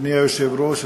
אדוני היושב-ראש,